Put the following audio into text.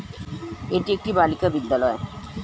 এটি একটি বালিকা বিদ্যালয়